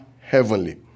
heavenly